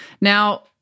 Now